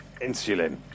Insulin